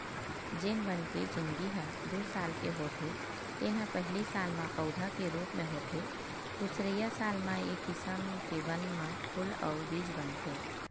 जेन बन के जिनगी ह दू साल के होथे तेन ह पहिली साल म पउधा के रूप म होथे दुसरइया साल म ए किसम के बन म फूल अउ बीज बनथे